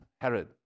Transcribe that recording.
Herod